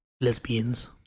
Lesbians